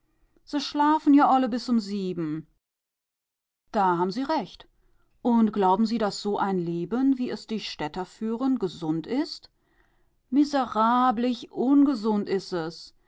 se schlafen ja olle bis um sieben da haben sie recht und glauben sie daß so ein leben wie es die städter führen gesund ist miserablig ungesund is es